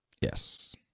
Yes